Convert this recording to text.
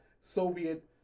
Soviet